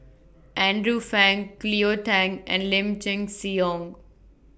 Andrew Phang Cleo Thang and Lim Chin Siong